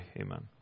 Amen